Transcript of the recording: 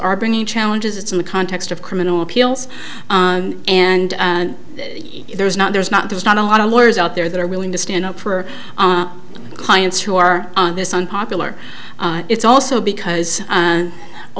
are bringing challenges it's in the context of criminal appeals and there's not there's not there's not a lot of lawyers out there that are willing to stand up for clients who are on this unpopular it's also because